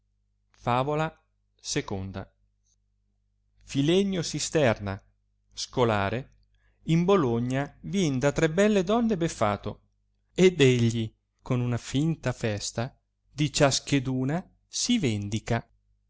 favola il fllenio slsterna scolare in bologna vien da tre belle donne beffato ed egli con una finta festa di ciascheduna si vendica